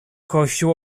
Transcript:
kościół